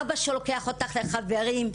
אבא שלוקח אותך לחברים,